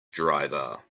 driver